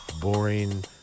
boring